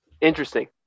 interesting